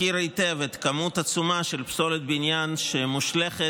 מכיר היטב את הכמות העצומה של פסולת בניין שמושלכת,